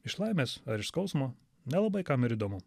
iš laimės ar iš skausmo nelabai kam ir įdomu